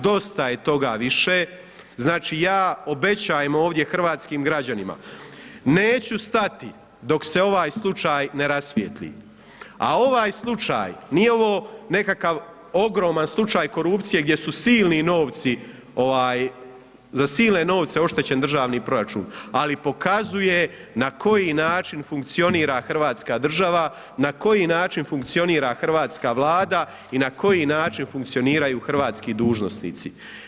Dosta je toga više, znači ja obećavam ovdje hrvatskim građanima, neću stati, dok se ovaj slučaj ne rasvjeti, a ovaj slučaj, nije ovo nekakav ogroman slučaj korupcije, gdje su silni novci, za silne novce oštećen državni proračun, ali pokazuje na koji način funkcionira Hrvatska država, na koji način funkcionira hrvatska vlada i na koji način funkcioniraju hrvatski dužnosnici.